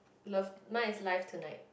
love mine is live tonight